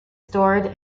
stored